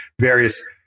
various